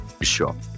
sure